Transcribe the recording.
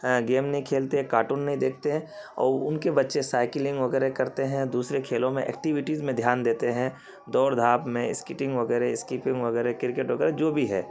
game نہیں کھیلتے cartoon نہیں دیکھتے ہیں اور ان کے بچے سائیکلنگ وغیرہ کرتے ہیں دوسرے کھیلوں میں ایکٹوٹیز میں دھیان دیتے ہیں دوڑ دھاپ میں اسکٹنگ وغیرہ اسکپنگ وغیرہ کرکٹ وغیرہ جو بھی ہے